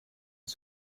ins